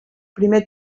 primer